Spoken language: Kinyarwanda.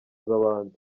z’abandi